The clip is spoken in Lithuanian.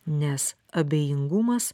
nes abejingumas